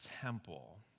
temple